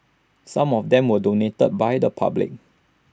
some of them were donated by the public